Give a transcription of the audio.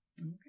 okay